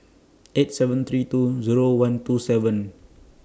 eight seven three two Zero one two seven